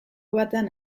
batean